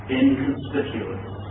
inconspicuous